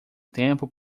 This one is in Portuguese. tempo